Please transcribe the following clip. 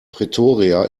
pretoria